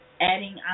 adding